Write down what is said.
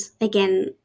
again